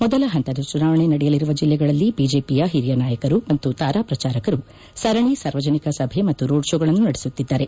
ಮೊದಲ ಪಂತದ ಚುನಾವಣೆ ನಡೆಯಲಿರುವ ಜಿಲ್ಲೆಗಳಲ್ಲಿ ಬಿಜೆಪಿಯ ಹಿರಿಯ ನಾಯಕರು ಮತ್ತು ತಾರಾ ಪ್ರಚಾರಕರು ಸರಣಿ ಸಾರ್ವಜನಿಕ ಸಭೆ ಮತ್ತು ರೋಡ್ ಶೋಗಳನ್ನು ನಡೆಸುತ್ತಿದ್ದಾರೆ